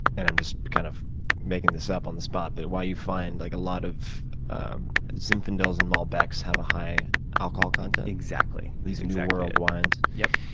and i'm just kind of making this up on the spot, but why you find like a lot of zinfandels and malbecs have a high alcohol content? exactly. these new world wines. yeah.